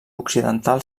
occidental